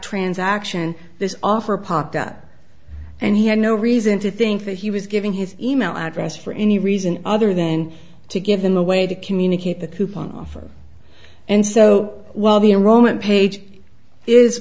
transaction this offer popped up and he had no reason to think that he was giving his email address for any reason other than to give him the way to communicate the coupon offer and so while the enrollment page is